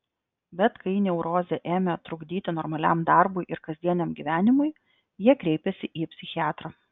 bet kai neurozė ėmė trukdyti normaliam darbui ir kasdieniam gyvenimui jie kreipėsi į psichiatrą